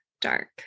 dark